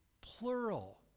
plural